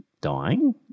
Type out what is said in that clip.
dying